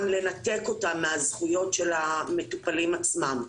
לנתק אותם מהזכויות של המטופלים עצמם.